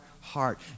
heart